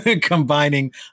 Combining